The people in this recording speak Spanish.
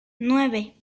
nueve